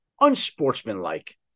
unsportsmanlike